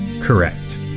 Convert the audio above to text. Correct